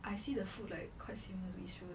I see the food like quite similar to israel